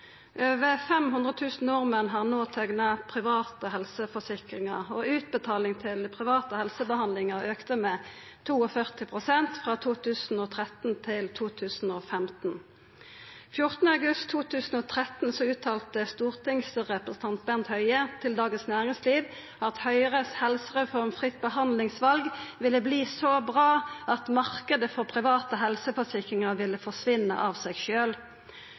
Over 500 000 nordmenn har no teikna private helseforsikringar, og utbetaling til privat helsebehandling auka med 42 pst. frå 2013 til 2015. 14. august 2013 uttalte stortingsrepresentant Bent Høie til Dagens Næringsliv at Høgres helsereform fritt behandlingsval ville verta så bra at «markedet for private helseforsikringer forsvinner av seg